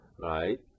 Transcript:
right